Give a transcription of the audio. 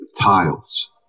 tiles